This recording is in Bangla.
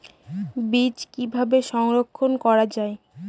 বীজ কিভাবে সংরক্ষণ করা যায়?